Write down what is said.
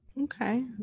Okay